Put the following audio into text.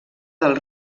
del